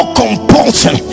compulsion